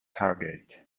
harrogate